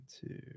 two